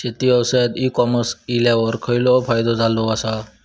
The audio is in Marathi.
शेती व्यवसायात ई कॉमर्स इल्यावर खयचो फायदो झालो आसा?